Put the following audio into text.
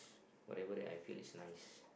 whatever that I feel is nice